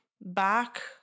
back